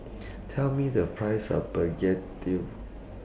Tell Me The Price of Begedil